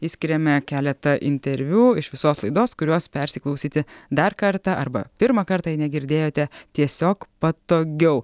išskiriame keletą interviu iš visos laidos kuriuos persiklausyti dar kartą arba pirmą kartą jei negirdėjote tiesiog patogiau